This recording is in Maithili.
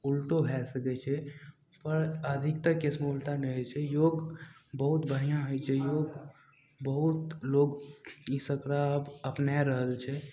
उल्टो भए सकय छै पर अधिकतर केसमे उल्टा नहि होइ छै योग बहुत बढ़िआँ होइ छै योग बहुत लोक ईसब एकरा आब अपनाय रहल छै